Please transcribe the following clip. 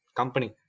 company